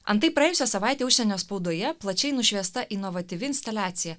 antai praėjusią savaitę užsienio spaudoje plačiai nušviesta inovatyvi instaliacija